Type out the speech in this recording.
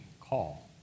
call